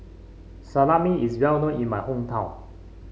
salami is well known in my hometown